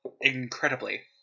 Incredibly